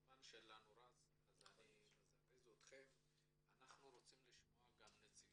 הזמן שלנו רץ אז אני מזרז אתכם .אנחנו רוצים לשמוע את נציג